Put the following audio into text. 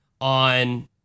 on